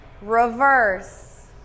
Reverse